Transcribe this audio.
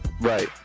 Right